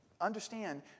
understand